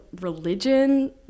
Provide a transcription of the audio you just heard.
religion